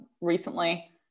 recently